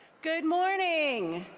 good morning.